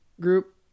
group